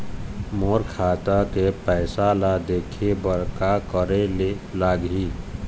मोर खाता के पैसा ला देखे बर का करे ले लागही?